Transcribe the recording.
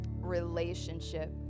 relationship